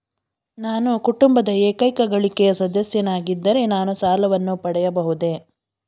ನಾನು ಕುಟುಂಬದ ಏಕೈಕ ಗಳಿಕೆಯ ಸದಸ್ಯನಾಗಿದ್ದರೆ ನಾನು ಸಾಲವನ್ನು ಪಡೆಯಬಹುದೇ?